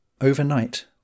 Overnight